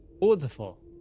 Wonderful